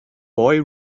boy